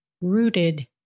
rooted